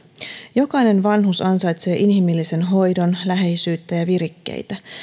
jokainen vanhus ansaitsee inhimillisen hoidon läheisyyttä ja virikkeitä